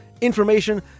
information